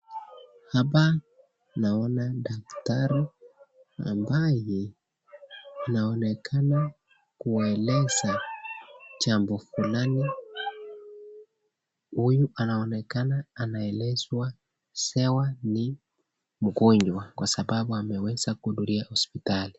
Hapa naona daktari ambaye anaonekana kueleza jambo fulani. Huyu anaonekana anaelezwa sewa ni mgonjwa kwa sababu ameweza kuhudhuria hospitali.